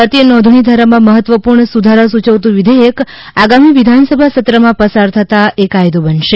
ભારતીય નોંધણી ધારામાં મહત્વપૂર્ણ સુધારા સુયવતું વિધેયક આગામી વિધાનસભા સત્રમાં પસાર થતાં એ કાયદો બનશે